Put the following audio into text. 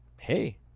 hey